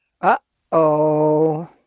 Uh-oh